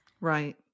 Right